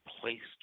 placed